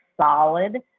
solid